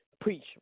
preach